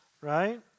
right